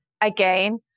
Again